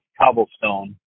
Cobblestone